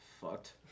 Fucked